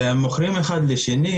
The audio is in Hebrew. הם מוכרים אחד לשני,